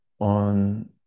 on